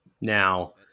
Now